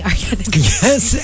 yes